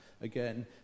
again